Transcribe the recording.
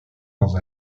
dans